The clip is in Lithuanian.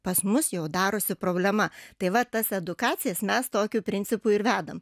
pas mus jau darosi problema tai va tas edukacijas mes tokiu principu ir vedam